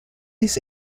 his